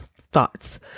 thoughts